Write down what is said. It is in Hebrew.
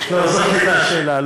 זאת הייתה השאלה.